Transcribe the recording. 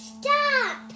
Stop